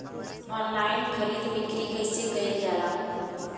Online खरीद बिक्री कइसे कइल जाला?